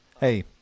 Hey